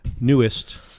newest